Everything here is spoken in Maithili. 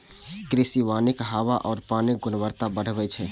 कृषि वानिक हवा आ पानिक गुणवत्ता बढ़बै छै